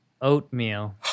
oatmeal